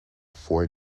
four